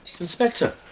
Inspector